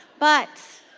but